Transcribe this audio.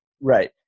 Right